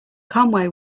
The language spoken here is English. conway